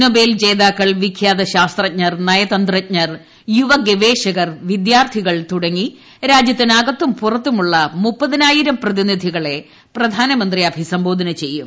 Nobel ജേതാക്കൾ വിഖ്യാത ശാസ്ത്രജ്ഞർ നയതന്ത്രജ്ഞർ യുവ ഗവേഷകർ വിദ്യാർത്ഥികൾ തുടങ്ങി രാജ്യത്തിനകത്തും പുറത്തുമുള്ള മുപ്പതിനായിരം പ്രതിനിധികളെ പ്രധാനമന്ത്രി അഭിസംബോധന ചെയ്യും